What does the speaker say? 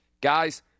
guys